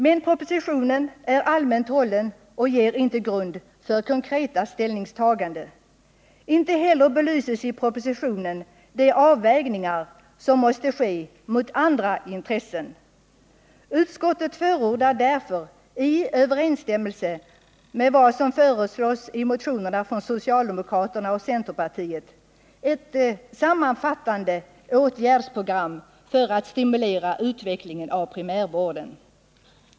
Men propositionen är allmänt hållen och ger inte grund för konkreta ställningstaganden. Inte heller belyses i propositionen de avvägningar som måste ske mot andra intressen. Utskottet förordar därför, i överensstämmelse med vad som föreslås i motionerna från socialdemokraterna och centern, ett sammanfattande åtgärdsprogram för att stimulera utvecklingen av primärvården.